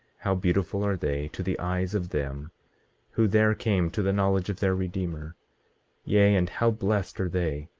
how beautiful are they to the eyes of them who there came to the knowledge of their redeemer yea, and how blessed are they,